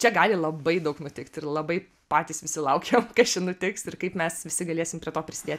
čia gali labai daug nutikt ir labai patys visi laukiam kas čia nutiks ir kaip mes visi galėsim prie to prisidėt